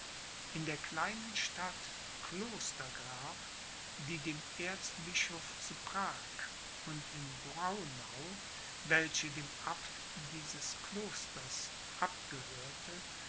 in der kleinen stadt klostergrab die dem erzbischof zu prag und in braunau welches dem abt dieses klosters abgehörte